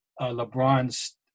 LeBron's